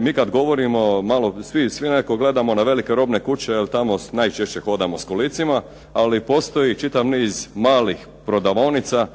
mi kad govorimo o malo, svi nekako gledamo na velike robne kuće jer tamo najčešće hodamo s kolicima, ali postoji čitav niz malih prodavaonica